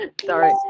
Sorry